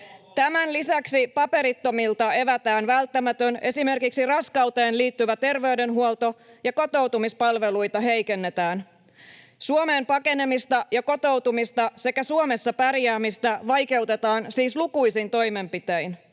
Tämän lisäksi paperittomilta evätään välttämätön, esimerkiksi raskauteen liittyvä terveydenhuolto ja kotoutumispalveluita heikennetään. Suomeen pakenemista ja kotoutumista sekä Suomessa pärjäämistä vaikeutetaan siis lukuisin toimenpitein.